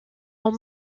ont